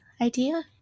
idea